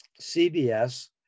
CBS